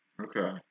Okay